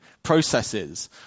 processes